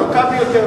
הארוכה ביותר.